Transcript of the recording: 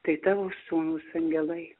tai tavo sūnūs angelai